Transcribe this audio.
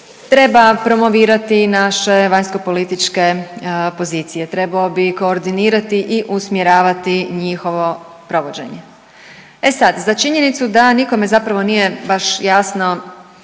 treba promovirati naše vanjskopolitičke pozicije, trebao bi koordinirati i usmjeravati njihovo provođenje. E sad za činjenicu da nikome zapravo baš nije jasno